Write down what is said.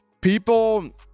People